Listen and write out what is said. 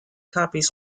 copies